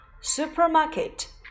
supermarket